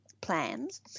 plans